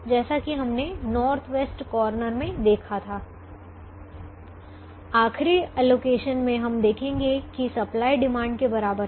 जैसा कि हमने नॉर्थ वेस्ट कॉर्नर में देखा था आखिरी एलोकेशन में हम देखेंगे कि सप्लाई डिमांड के बराबर है